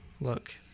look